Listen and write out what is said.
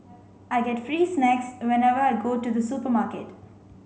I get free snacks whenever I go to the supermarket